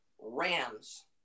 Rams